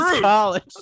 college